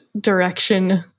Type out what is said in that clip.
direction